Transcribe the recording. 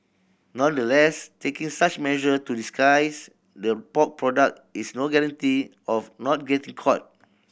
nonetheless taking such measure to disguise the pork product is no guarantee of not getting caught